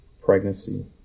pregnancy